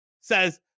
says